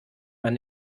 man